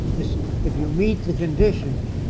it's if you meet the conditions.